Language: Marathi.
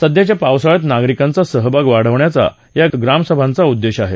सध्याच्या पावसाळ्यात नागरिकांचा सहभाग वाढवण्याचा या ग्रामसभांचा उद्देश आहे